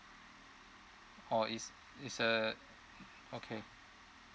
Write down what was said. or is is a okay